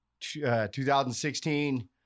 2016